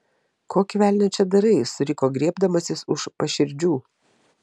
kokį velnią čia darai suriko griebdamasis už paširdžių